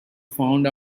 found